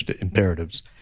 imperatives